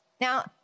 Now